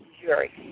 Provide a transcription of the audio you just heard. jury